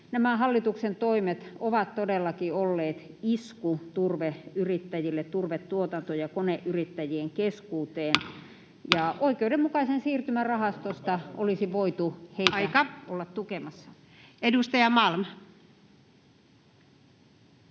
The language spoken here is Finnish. nämä hallituksen toimet ovat todellakin olleet isku turveyrittäjille, turvetuotanto‑ ja koneyrittäjien keskuuteen, ja oikeudenmukaisen siirtymän rahastosta olisi voitu [Puhemies: Aika!] heitä olla tukemassa. Edustaja Malm.